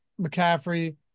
McCaffrey